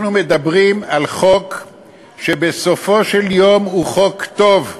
אנחנו מדברים על חוק שבסופו של דבר הוא חוק טוב.